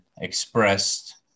expressed